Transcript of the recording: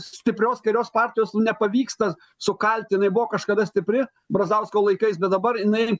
stiprios kairiosios partijos nepavyksta sukalti jinai buvo kažkada stipri brazausko laikais bet dabar jinai